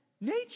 Nature